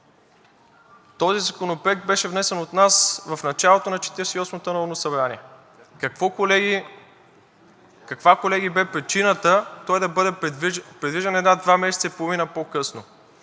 Този законопроект беше внесен от нас в началото на Четиридесет и осмото народно събрание. Каква, колеги, бе причината той да бъде придвижен над два месеца и половина по-късно?